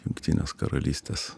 jungtinės karalystės